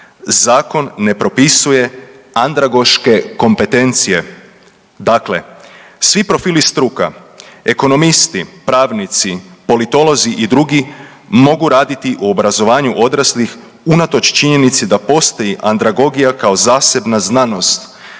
zakon ne propisuje andragoške kompetencije. Dakle, svi profili struka, ekonomisti, pravnici, politolozi i drugi mogu raditi u obrazovanju odraslih unatoč činjenici da postoji andragogija kao zasebna znanost